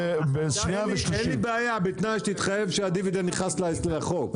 אין לי בעיה בתנאי שתתחייב שהדיבידנד נכנס לחוק.